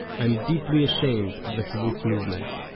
i'm deeply ashamed of the kibbutz movement.